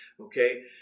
okay